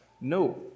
No